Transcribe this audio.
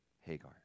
Hagar